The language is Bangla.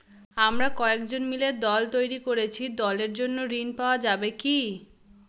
আমরা কয়েকজন মিলে দল তৈরি করেছি দলের জন্য ঋণ পাওয়া যাবে কি?